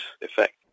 effect